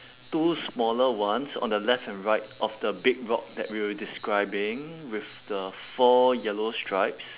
two smaller ones on the left and right of the big rock that we were describing with the four yellow stripes